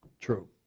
true